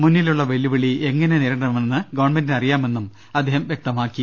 മുന്നിലുള്ള വെല്ലുവിളി എങ്ങനെ നേരിട ണമെന്ന് ഗവൺമെന്റിന് അറിയാമെന്നും അദ്ദേഹം വൃക്തമാക്കി